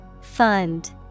Fund